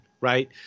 right